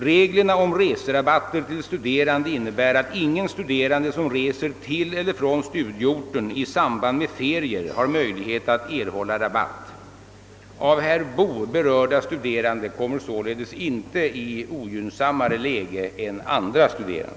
Reglerna om reserabatter till studerande innebär att ingen studerande som reser till eller från studieorten i samband med ferier har möjlighet att erhålla rabatt. Av herr Boo berörda studerande kommer således inte i ogynnsammare läge än andra studerande.